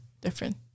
different